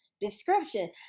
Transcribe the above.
description